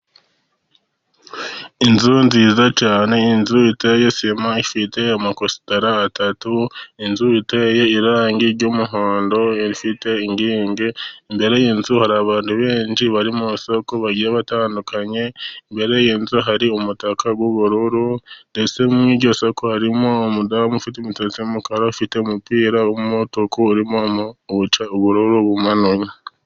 Inzu nziza cyane, inzu iteye sima ifite amakositara atatu, inzu iteye irangi ry'umuhondo, ifite inkingi, imbere y'inzu hari abantu benshi bari mu isoko bagiye batandukanye, imbere y'inzu hari umutaka w'ubururu. Ndetse mu iryo isoko harimo umudamu ufite imisatsi y'umukara, ufite umupira w'umutuku urimo ubururu bumanuwe.